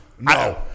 No